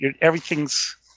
everything's